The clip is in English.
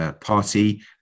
party